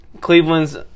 Cleveland's